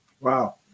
Wow